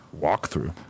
Walkthrough